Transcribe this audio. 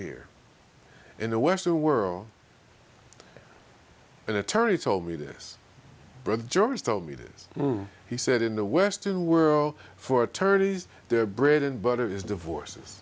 here in the western world an attorney told me this brother george told me this he said in the western world for attorneys their bread and butter is divorces